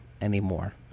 anymore